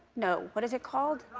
no. what is it called?